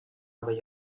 nova